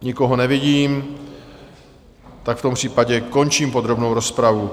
Nikoho nevidím, v tom případě končím podrobnou rozpravu.